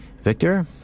Victor